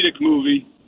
movie